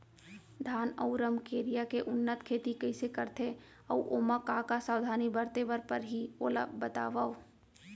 धान अऊ रमकेरिया के उन्नत खेती कइसे करथे अऊ ओमा का का सावधानी बरते बर परहि ओला बतावव?